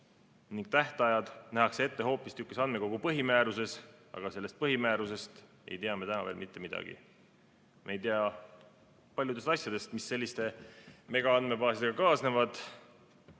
ning tähtajad nähakse ette hoopistükkis andmekogu põhimääruses. Aga sellest põhimäärusest ei tea me täna veel mitte midagi. Me ei tea paljudest asjadest, mis selliste megaandmebaasidega kaasnevad.